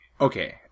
Okay